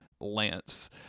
lance